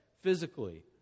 physically